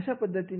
अशा पद्धतीने